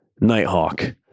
Nighthawk